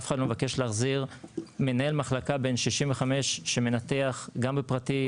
אף אחד לא מבקש להחזיר מנהל מחלקה בן 65 שמנתח גם בפרטי,